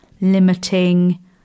limiting